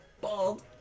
Bald